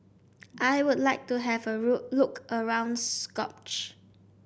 I would like to have a root look around Skopje